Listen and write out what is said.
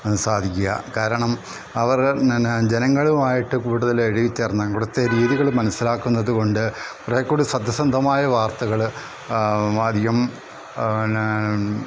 സാധിക്കുക കാരണം അവർ എന്നാ ജനങ്ങളുമായിട്ട് കൂടുതൽ ഇഴകി ചേർന്നാൽ ഇവിടുത്തെ രീതികൾ മനസ്സിലാക്കുന്നത് കൊണ്ട് കുറേക്കൂടി സത്യസന്ധമായ വാർത്തകൾ അധികം എന്നാ